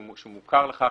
שהוא מוכר לכך,